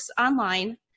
online